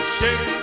shake